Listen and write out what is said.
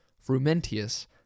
Frumentius